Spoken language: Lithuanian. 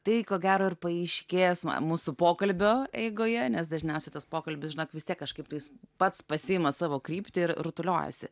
tai ko gero ir paaiškės ma mūsų pokalbio eigoje nes dažniausiai tas pokalbis žinok vis tiek kažkaip tais pats pasiima savo kryptį ir rutuliojasi